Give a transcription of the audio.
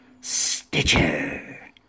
Stitcher